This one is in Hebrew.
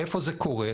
איפה זה קורה?